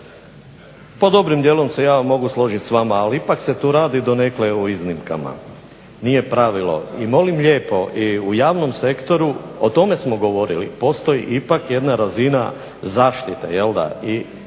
Pa dobrim dijelom se ja mogu složiti s vama, ali ipak se tu radi donekle o iznimkama. Nije pravilo. I molim lijepo i u javnom sektoru o tome smo govorili postoji ipak jedna razina zaštite i sindikalnog